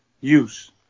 use